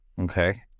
Okay